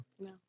No